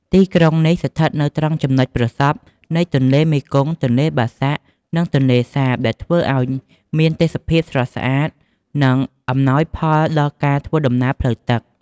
ទីក្រុងនេះស្ថិតនៅត្រង់ចំណុចប្រសព្វនៃទន្លេមេគង្គ ទន្លេបាសាក់ និងទន្លេសាប ដែលធ្វើឱ្យមានទេសភាពស្រស់ស្អាត និងអំណោយផលដល់ការធ្វើដំណើរផ្លូវទឹក។